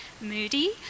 moody